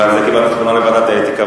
ועל זה קיבלתי תלונה לוועדת האתיקה,